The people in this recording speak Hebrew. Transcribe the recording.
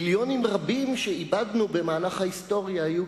מיליונים רבים שאיבדנו במהלך ההיסטוריה אבדו